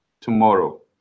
tomorrow